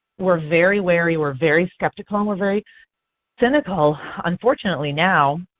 we are very wary, we are very skeptical, um we are very cynical unfortunately now.